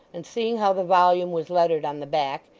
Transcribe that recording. and seeing how the volume was lettered on the back,